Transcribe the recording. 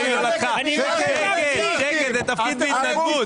כן, זה תפקיד בהתנדבות.